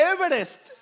Everest